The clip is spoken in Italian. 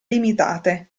limitate